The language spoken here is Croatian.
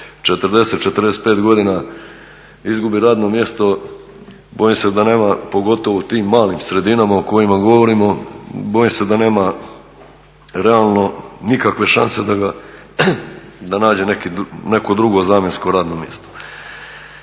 40, 45 godina izgubi radno mjesto, bojim se da nema, pogotovo u tim malim sredinama o kojima govorimo, bojim se da nema realno nikakve šanse da nađe neko drugo zamjensko radno mjesto.